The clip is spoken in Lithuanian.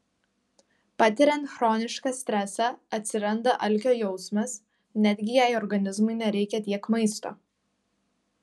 patiriant chronišką stresą atsiranda alkio jausmas netgi jei organizmui nereikia tiek maisto